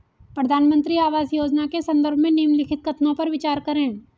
प्रधानमंत्री आवास योजना के संदर्भ में निम्नलिखित कथनों पर विचार करें?